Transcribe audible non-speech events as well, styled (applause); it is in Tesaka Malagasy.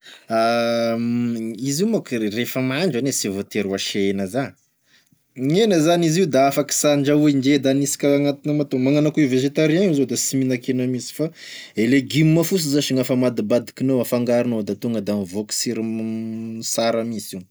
(hesitation) Izy io manko re- refa mahandro ane sy voatery asia e hena za, gn'hena zany izy io da afaky sy andrahoa ndre da aniasika agnatin'amatao, magnano akô e vegetarien io zao da sy mihina-kena minsy fa e legioma fosy zasy gne afamadibadikinao afangaronao da tonga da mivôky sirony (hesitation) sara minsy io.